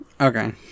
Okay